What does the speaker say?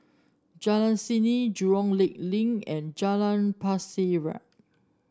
Jalan Seni Jurong Lake Link and Jalan Pasir Ria